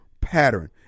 pattern